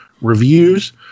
reviews